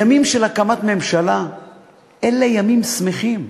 ימים של הקמת ממשלה אלה ימים שמחים.